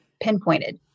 pinpointed